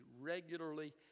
regularly